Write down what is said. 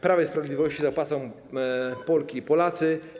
Prawa i Sprawiedliwości zapłacą Polki i Polacy.